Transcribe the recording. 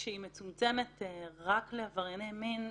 כאשר היא מצומצמת רק לעברייני מין,